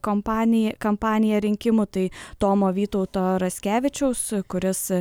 kompaniją kampaniją rinkimų tai tomo vytauto raskevičiaus kuris